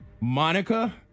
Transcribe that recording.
Monica